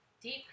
deep